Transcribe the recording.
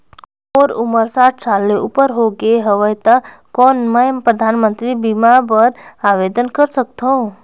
मोर उमर साठ साल ले उपर हो गे हवय त कौन मैं परधानमंतरी बीमा बर आवेदन कर सकथव?